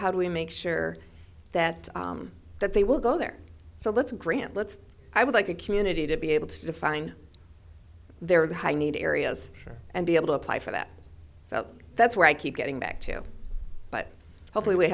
how do we make sure that that they will go there so let's grant let's i would like a community to be able to define there is a high need areas and be able to apply for that so that's where i keep getting back to but hopefully we